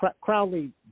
Crowley